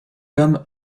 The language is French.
comme